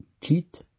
cheat